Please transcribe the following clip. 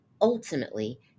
ultimately